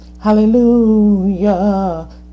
Hallelujah